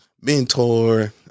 mentor